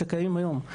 שקיימים היום.